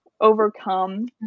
overcome